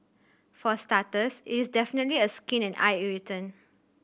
for starters it's definitely a skin and eye irritant